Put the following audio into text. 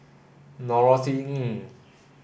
Norothy Ng